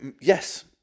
yes